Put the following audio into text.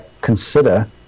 consider